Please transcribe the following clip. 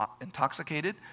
intoxicated